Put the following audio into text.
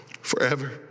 forever